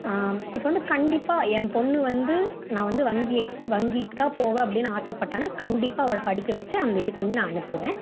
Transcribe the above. இப்போது வந்து கண்டிப்பாக என் பொண்ணு வந்து நான் வந்து வங்கி வங்கிக்கு தான் போவேன் அப்படின்னு ஆசைப்பட்டான்னா கண்டிப்பாக அவளை படிக்க வைச்சு அந்த இதுக்கு வந்து நான் அனுப்புவேன்